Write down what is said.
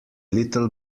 little